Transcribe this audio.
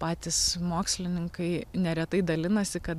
patys mokslininkai neretai dalinasi kad